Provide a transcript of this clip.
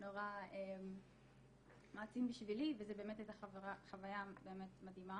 נורא מעצימה בשבילי וזו באמת הייתה חוויה מדהימה.